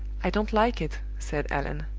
i don't like it, said allan.